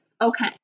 Okay